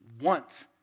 want